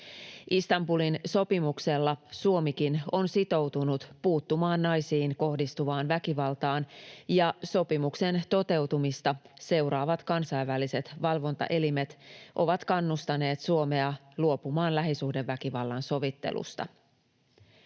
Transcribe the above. Istanbulin sopimuksella Suomikin on sitoutunut puuttumaan naisiin kohdistuvaan väkivaltaan, ja sopimuksen toteutumista seuraavat kansainväliset valvontaelimet ovat kannustaneet Suomea luopumaan lähisuhdeväkivallan sovittelusta.